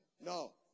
No